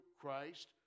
Christ